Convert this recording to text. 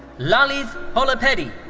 lalith polepeddi.